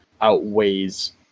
outweighs